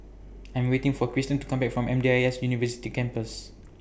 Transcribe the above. I'm waiting For Kristen to Come Back from M D I S University Campus